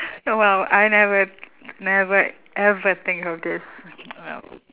oh !wow! I never never ever think of this